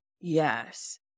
Yes